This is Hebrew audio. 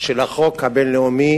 של החוק הבין-לאומי